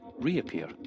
reappear